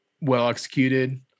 well-executed